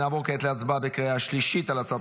נעבור כעת להצבעה בקריאה שלישית על הצעת